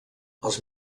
els